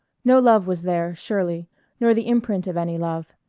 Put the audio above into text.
no love was there, surely nor the imprint of any love.